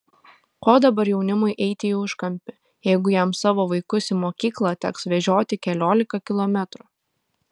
ko dabar jaunimui eiti į užkampį jeigu jam savo vaikus į mokyklą teks vežioti keliolika kilometrų